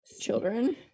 children